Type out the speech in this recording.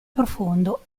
profondo